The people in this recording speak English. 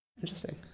Interesting